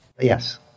Yes